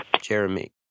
Jeremy